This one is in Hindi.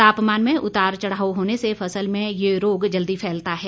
तापमान में उतार चढ़ाव होने से फसल में ये रोग जल्दी फैलता है